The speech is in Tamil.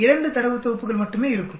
2 தரவுத் தொகுப்புகள் மட்டுமே இருக்கும்